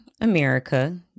America